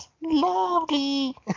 lovely